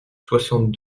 soixante